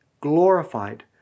glorified